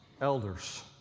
elders